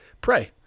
pray